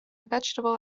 vegetable